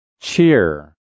cheer